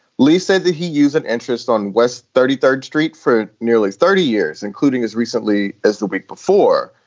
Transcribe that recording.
lee said that he use an interest on west thirty third street for nearly thirty years, including as recently as the week before.